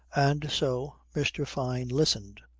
and so, mr. fyne listened,